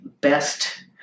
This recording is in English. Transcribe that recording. best